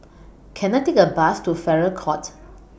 Can I Take A Bus to Farrer Court